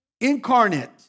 incarnate